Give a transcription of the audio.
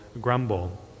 grumble